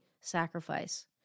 sacrifice